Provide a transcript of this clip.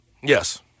Yes